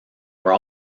were